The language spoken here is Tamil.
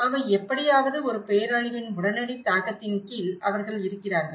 அவை எப்படியாவது ஒரு பேரழிவின் உடனடி தாக்கத்தின் கீழ் அவர்கள் இருக்கிறார்கள்